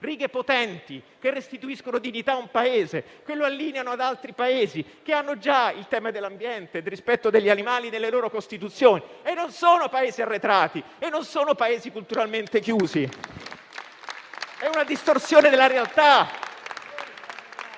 righe potenti, che restituiscono dignità a un Paese, allineandolo ad altri Paesi che hanno già il tema dell'ambiente e del rispetto degli animali nelle loro Costituzioni. E non sono Paesi arretrati o culturalmente chiusi. È una distorsione della realtà.